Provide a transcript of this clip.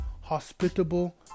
hospitable